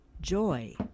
joy